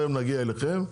תיכף נגיע אליכם,